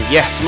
Yes